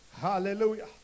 hallelujah